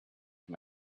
him